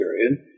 period –